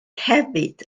hefyd